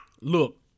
Look